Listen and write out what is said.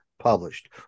published